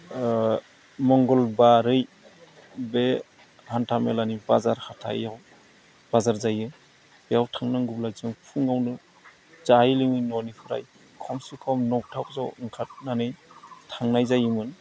मंगलबारै बे हान्था मेलानि बाजार हाथायाव बाजार जायो बेयाव थांनांगौब्ला जों फुङावनो जायै लोङै न'निफ्राय खमसे खम नौथायावसो ओंखारनानै थांनाय जायोमोन